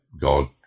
god